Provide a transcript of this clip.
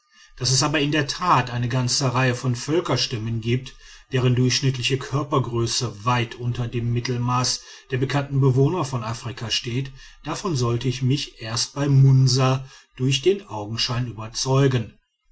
daß es aber in der tat eine ganze reihe von völkerstämmen gibt deren durchschnittliche körpergröße weit unter dem mittelmaß der bekannten bewohner von afrika steht davon sollte ich mich erst bei munsa durch den augenschein überzeugen